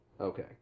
Okay